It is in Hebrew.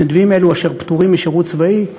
מתנדבים אלו, אשר פטורים משירות צבאי,